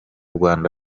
rwanda